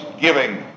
giving